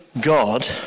God